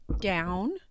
down